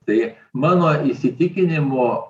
tai mano įsitikinimu